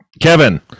Kevin